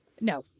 No